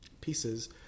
pieces